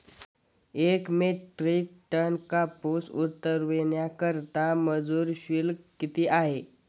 एक metric ton कापूस उतरवण्याकरता मजूर शुल्क किती आहे?